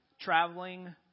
traveling